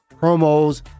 promos